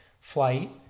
flight